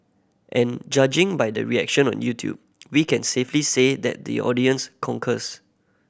and judging by the reaction on YouTube we can safely say that the audience concurs